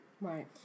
right